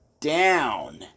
down